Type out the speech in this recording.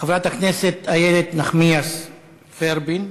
חברת הכנסת איילת נחמיאס ורבין.